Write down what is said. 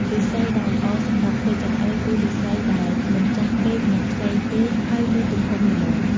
ឫស្សីដែលល្អសម្រាប់ធ្វើចង្អេរ គឺឫស្សីដែលមិនចាស់ពេក មិនខ្ចីពេក ហើយមានទំហំល្មម។